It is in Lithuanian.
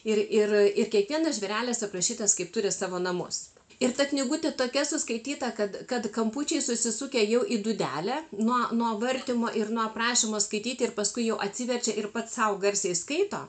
ir ir ir kiekvienas žvėrelis aprašytas kaip turi savo namus ir ta knygutė tokia suskaityta kad kad kampučiai susisukę jau į dūdelę nuo nuo vartymo ir nuo prašymo skaityti ir paskui jau atsiverčia ir pats sau garsiai skaito